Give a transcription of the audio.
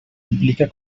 implica